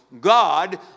God